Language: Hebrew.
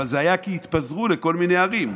אבל זה היה כי התפזרו לכל מיני ערים,